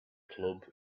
club